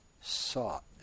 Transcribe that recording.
sought